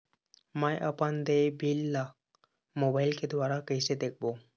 मैं अपन देय बिल ला मोबाइल के द्वारा कइसे देखबों?